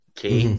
Okay